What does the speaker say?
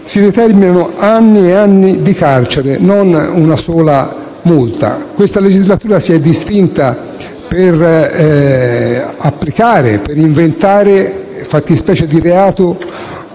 si determinano anni di carcere e non una semplice multa. Questa legislatura si è distinta per applicare e inventare fattispecie di reato